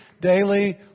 daily